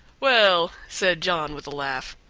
well, said john with a laugh,